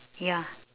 ya